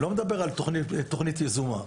אני לא מדבר על תוכנית יזומה,